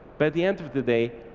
but at the end of the day,